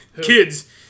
Kids